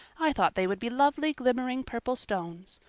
i thought they would be lovely glimmering purple stones.